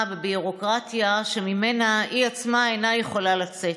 בביורוקרטיה שממנה היא עצמה אינה יכולה לצאת.